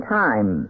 time